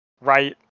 Right